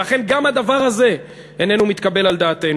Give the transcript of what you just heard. ולכן, גם הדבר הזה איננו מתקבל על דעתנו.